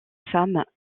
femmes